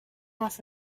off